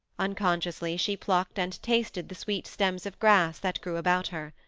unconsciously she plucked and tasted the sweet stems of grass that grew about her.